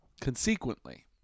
consequently